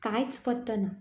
कांयच पत्तो ना